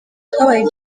twabaye